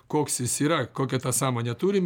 koks jis yra kokią tą sąmonę turim